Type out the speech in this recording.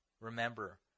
remember